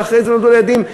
ואחרי זה נולדו ילדים,